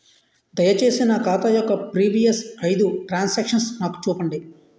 దయచేసి నా ఖాతా యొక్క ప్రీవియస్ ఐదు ట్రాన్ సాంక్షన్ నాకు చూపండి